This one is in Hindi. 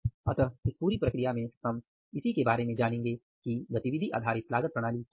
अतः इस पूरी प्रक्रिया में हम इसी के बारे में जानेंगे की गतिविधि आधारित लागत प्रणाली क्या है